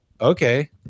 Okay